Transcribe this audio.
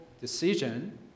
decision